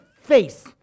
face